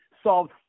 solved